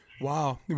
Wow